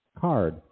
card